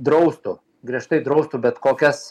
draustų griežtai draustų bet kokias